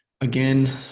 Again